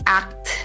act